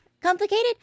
complicated